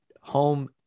Home